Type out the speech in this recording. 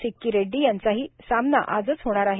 सिक्की रेड्डी यांचाही सामना आजच होणार आहे